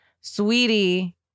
Sweetie